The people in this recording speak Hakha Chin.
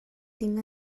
ding